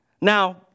Now